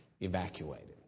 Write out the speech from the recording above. evacuated